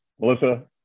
Melissa